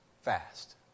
fast